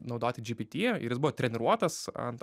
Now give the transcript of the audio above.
naudoti gpt ir jis buvo treniruotas ant